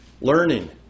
learning